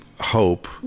hope